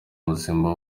muzima